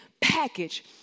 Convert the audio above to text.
package